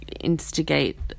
instigate